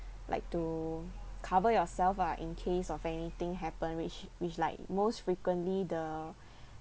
like to cover yourself lah in case of anything happen which which like most frequently the